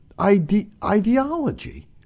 ideology